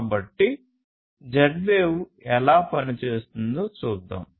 కాబట్టి Z wave ఎలా పనిచేస్తుందో చూద్దాం